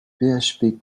php